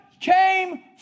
came